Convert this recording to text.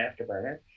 afterburner